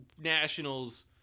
Nationals